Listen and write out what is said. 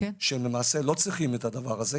שהם למעשה לא צריכים את הדבר הזה.